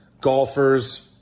golfers